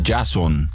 Jason